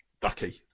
Ducky